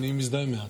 אני מזדהה מעט.